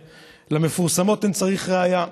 שלמפורסמות אין צריך ראיה,